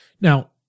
Now